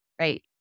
right